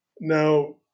Now